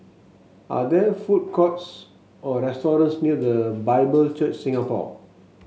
are there food courts or restaurants near The Bible Church Singapore